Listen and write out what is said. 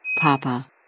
Papa